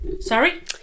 Sorry